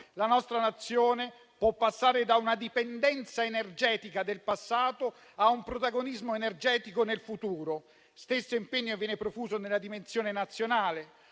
La nostra Nazione può passare da una dipendenza energetica del passato a un protagonismo energetico nel futuro. Lo stesso impegno viene profuso nella dimensione nazionale.